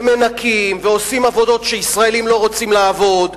מנקים ועושים עבודות שישראלים לא רוצים לעבוד בהן.